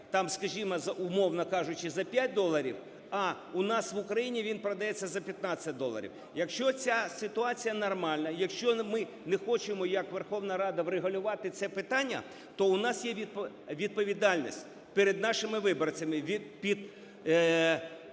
там, скажімо, за, умовно кажучи, за 5 доларів, а у нас, в Україні, він продається за 15 доларів. Якщо ця ситуація нормальна, якщо ми не хочемо як Верховна Рада врегулювати це питання, то у нас є відповідальність перед нашими виборцями, перед